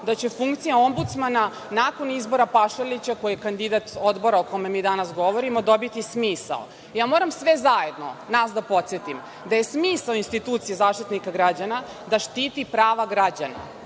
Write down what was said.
da će funkcija ombudsmana nakon izbora Pašalića, koji je kandidat Odbora o kome mi danas govorimo, dobiti smisao. Moram sve zajedno nas da podsetim, da je smisao institucije Zaštitnika građana da štiti prava građana,